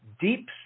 deep